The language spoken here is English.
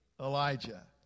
Elijah